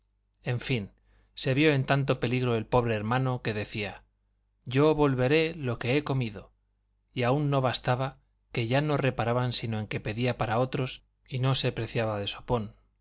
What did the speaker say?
en fin se vio en tanto peligro el pobre hermano que decía yo volveré lo que he comido y aun no bastaba que ya no reparaban sino en que pedía para otros y no se preciaba de sopón